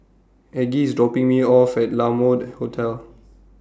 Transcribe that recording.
Aggie IS dropping Me off At La Mode Hotel